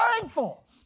thankful